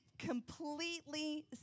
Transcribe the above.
completely